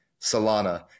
Solana